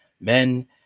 men